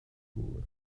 gŵr